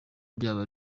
byaba